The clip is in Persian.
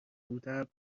بودم